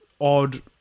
odd